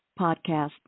podcast